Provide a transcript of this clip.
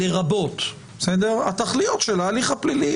לרבות התכליות של ההליך הפלילי",